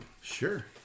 Sure